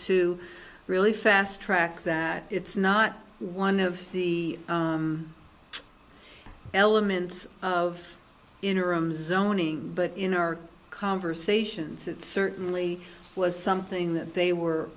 to really fast track that it's not one of the elements of interim zoning but in our conversations it certainly was something that they were